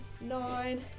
nine